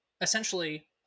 essentially